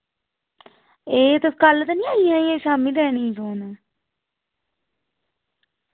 एह् कल्ल ते नना आइयां शामीं लैने गी दौनों